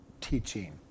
teaching